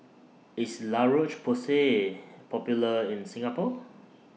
IS La Roche Porsay Popular in Singapore